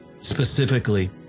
specifically